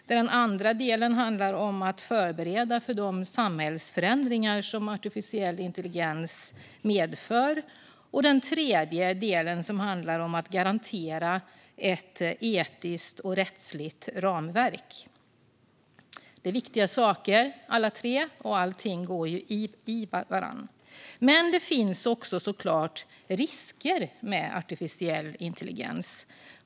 Den andra delen handlar om att förbereda för de samhällsförändringar som artificiell intelligens medför. Den tredje delen handlar om att garantera ett etiskt och rättsligt ramverk. Det är viktiga saker alla tre, och alla går i varandra. Men det finns såklart också risker med artificiell intelligens.